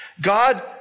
God